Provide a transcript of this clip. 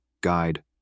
guide